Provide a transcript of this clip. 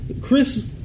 Chris